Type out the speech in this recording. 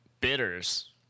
bitters